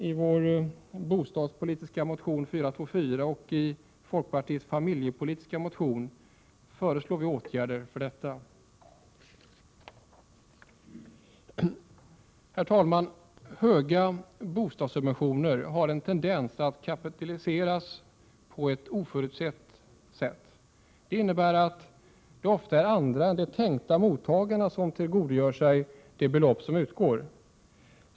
I folkpartiets bostadspolitiska motion 424 och vår familjepolitiska motion föreslår vi åtgärder på detta område. Herr talman! Höga bostadssubventioner har en tendens att kapitaliseras på ett oförutsett sätt. Det innebär att det ofta är andra än de tänkta mottagarna som tillgodogör sig de belopp som utgår.